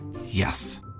Yes